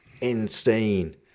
insane